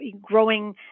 growing